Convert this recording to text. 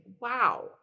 wow